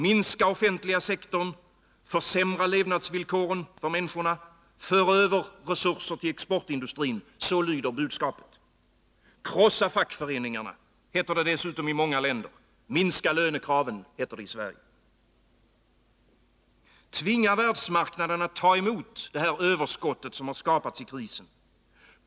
Minska offentliga sektorn, försämra livsvillkoren för männi skorna, för över resurser till exportindustrin — så lyder budskapet. Krossa fackföreningarna, heter det dessutom i många länder. Minska lönekraven, heter det i Sverige. Tvinga världsmarknaden att ta emot det här överskottet som har skapats i krisen.